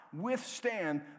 withstand